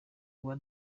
uwa